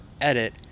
edit